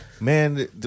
Man